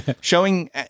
showing